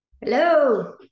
Hello